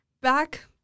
back